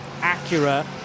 Acura